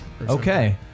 Okay